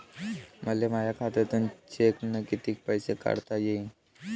मले माया खात्यातून चेकनं कितीक पैसे काढता येईन?